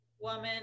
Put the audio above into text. woman